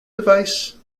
device